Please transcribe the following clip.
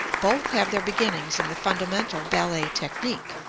both have their beginnings in the fundamental ballet technique,